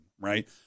right